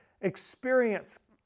experience